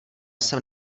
jsem